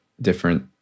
different